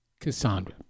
Cassandra